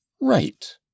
right